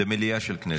זאת המליאה של הכנסת.